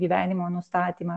gyvenimo nustatymą